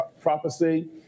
prophecy